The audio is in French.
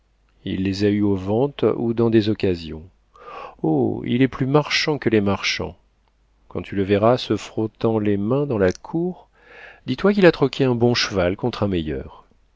il les a eues aux ventes ou dans les occasions oh il est plus marchand que les marchands quand tu le verras se frottant les mains dans la cour dis toi qu'il a troqué un bon cheval contre un meilleur